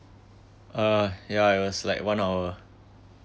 uh yeah it was like one hour